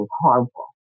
harmful